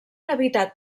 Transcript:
habitat